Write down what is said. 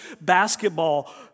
basketball